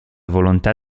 volontà